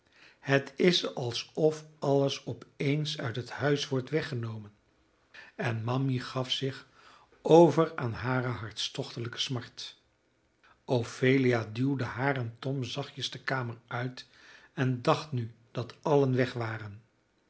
het is alsof alles op eens uit het huis wordt weggenomen en mammy gaf zich over aan hare hartstochtelijke smart ophelia duwde haar en tom zachtjes de kamer uit en dacht nu dat allen weg waren